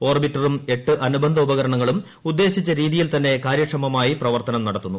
ഓർബിറ്ററും എട്ട് അനുബന്ധ ഉപകരണങ്ങളും ഉദ്ദേശിച്ച രീതിയിൽ തന്നെ കാര്യക്ഷമമായി പ്രവർത്തനം നടത്തുന്നു